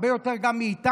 גם הרבה יותר מאיתנו,